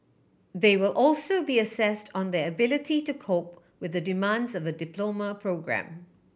they will also be assessed on their ability to cope with the demands of a diploma programme